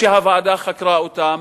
שהוועדה חקרה אותם.